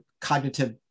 cognitive